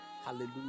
Hallelujah